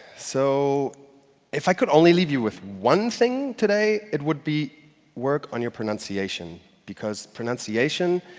so if i could only leave you with one thing today, it would be work on your pronunciation. because pronunciation